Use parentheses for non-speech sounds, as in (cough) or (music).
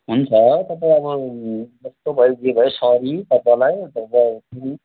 हुन्छ तपाईँ अब कस्तो भयो जे भयो सरी तपाईँलाई (unintelligible)